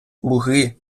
луги